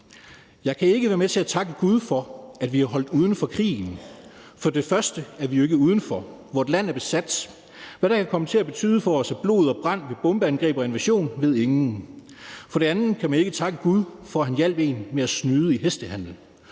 »Jeg kan ikke være med til at takke Gud for, at vi er »holdt uden for Krigen«. For det første er vi jo ikke udenfor. Vort Land er besat. Hvad det kan komme til at betyde for os af blod og brand ved bombeangreb og invasion, ved ingen. Og for det andet kan man ikke takke Gud for, at han hjalp en med at snyde i hestehandel.